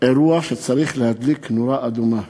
אירוע שצריך להדליק נורה אדומה.